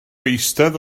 eistedd